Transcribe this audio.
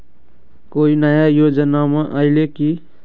कोइ नया योजनामा आइले की?